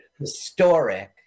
historic